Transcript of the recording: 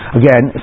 again